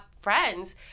friends